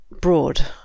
broad